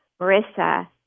Marissa